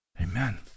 Amen